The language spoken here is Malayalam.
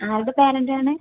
ആരുടെ പാരന്റ് ആണ്